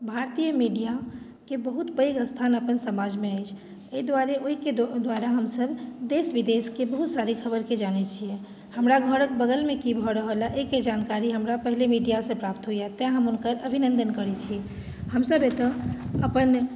भारतीय मिडियाके बहुत पैघ स्थान अपन समाजमे अछि एहि दुआरे ओहिके द्वारा हमसब देश विदेशके बहुत सारे खबरके जानैत छियै हमरा घरक बगलमे की भऽ रहल अछि एहिके जानकारी हमरा पहिले मीडिया से प्राप्त होइया तैंँ हम हुनकर अभिनन्दन करैत छी हमसब एतऽ अपन